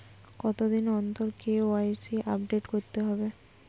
কতদিন অন্তর KYC update করতে হবে?